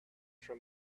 from